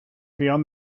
beyond